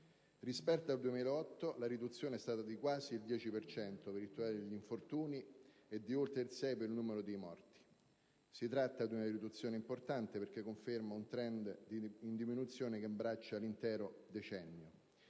Rispetto al 2008 la riduzione è stata di quasi il 10 per cento per il totale degli infortuni e di oltre il 6 per cento per il numero di morti. Si tratta di una riduzione importante, perché conferma un *trend* in diminuzione che abbraccia l'intero decennio.